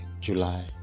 July